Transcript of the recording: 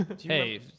Hey